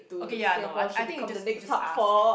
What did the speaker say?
okay ya no I I think you just you just ask